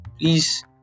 please